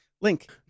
Link